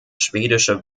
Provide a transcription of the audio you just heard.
schwedische